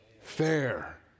fair